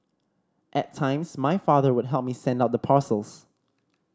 at times my father would help me send out the parcels